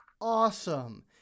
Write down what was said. awesome